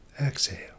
exhale